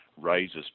raises